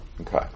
okay